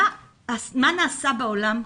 מה נעשה בעולם,